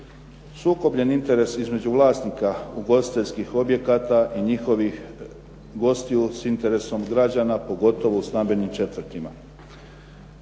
Sukobljeni interes između vlasnika ugostiteljskih objekata i njihovih gostiju s interesom građana, pogotovo u stambenim četvrtima.